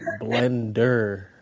Blender